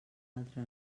altre